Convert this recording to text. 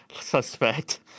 suspect